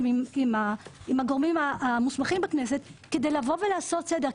הגורמים המוסמכים בכנסת כדי לעשות סדר.